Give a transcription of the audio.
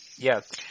Yes